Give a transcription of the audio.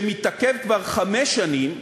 שמתעכב כבר חמש שנים,